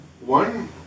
one